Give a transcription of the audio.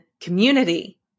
community